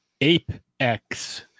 Apex